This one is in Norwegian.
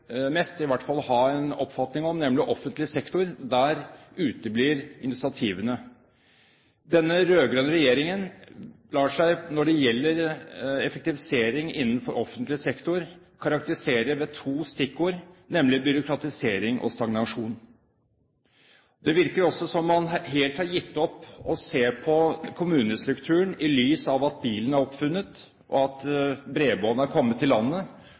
mest, i hvert fall ha en oppfatning om, nemlig offentlig sektor, uteblir initiativene. Denne rød-grønne regjeringen kan, når det gjelder effektivisering innenfor offentlig sektor, karakteriseres med to stikkord: byråkratisering og stagnasjon. Det virker også som om man helt har gitt opp å se på kommunestrukturen i lys av at bilen er oppfunnet, at bredbånd er kommet til landet,